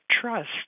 trust